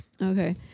Okay